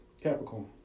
capricorn